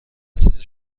چیزی